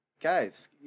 Guys